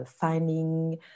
finding